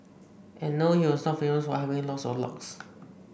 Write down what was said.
and no he was not famous for having lots of locks